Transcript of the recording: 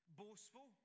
boastful